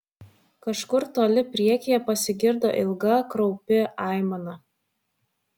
kažkur toli priekyje pasigirdo ilga kraupi aimana